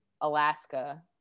Alaska